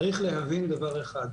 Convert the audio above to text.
צריך להבין דבר אחד,